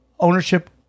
ownership